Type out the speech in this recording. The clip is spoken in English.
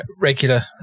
regular